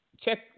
check